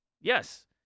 yes